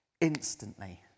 instantly